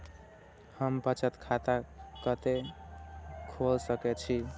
हम बचत खाता कते खोल सके छी?